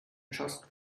just